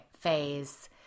phase